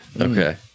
Okay